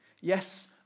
Yes